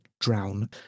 drown